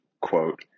quote